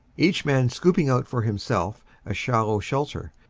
each man scooping out for himself a shallow shelter,